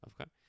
Okay